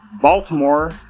Baltimore